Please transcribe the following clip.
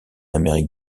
amérique